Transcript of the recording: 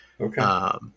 Okay